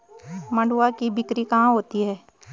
मंडुआ की बिक्री कहाँ होती है?